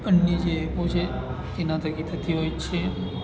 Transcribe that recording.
અન્ય જે એપો છે એના થકી થતી હોય છે